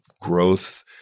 growth